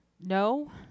No